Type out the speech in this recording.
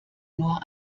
nur